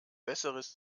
besseres